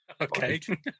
okay